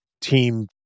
team